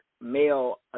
male